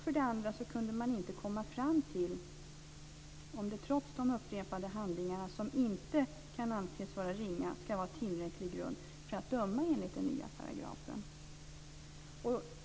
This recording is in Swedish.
För det andra kunde man inte komma fram till om det trots de upprepade handlingarna, som inte kan anses vara ringa, skall vara tillräcklig grund för att döma enligt den nya paragrafen.